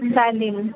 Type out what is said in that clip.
चालेल